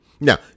Now